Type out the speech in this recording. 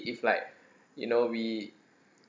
if like you know we